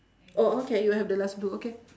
oh okay you have the last blue okay